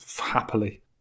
happily